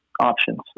options